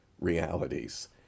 realities